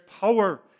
power